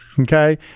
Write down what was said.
Okay